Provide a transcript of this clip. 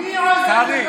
מי יועז הנדל והחבורה שלו?